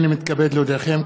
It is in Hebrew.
הנני מתכבד להודיעכם,